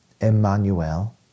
Emmanuel